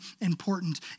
important